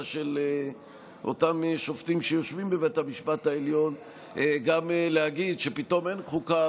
של אותם שופטים שיושבים בבית המשפט העליון להגיד שפתאום אין חוקה,